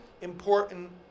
important